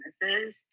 businesses